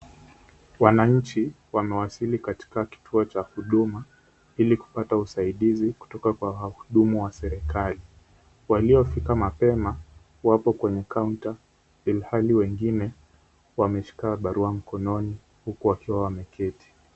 Wananchi wamewasili katika kituo cha huduma ili kupata usaidizi kutoka kwa wahudumu wa serikali. Waliofika mapema wapo kwenye kaunta ilhali wengine wameshika barua mkononi huku wakiwa wameketi.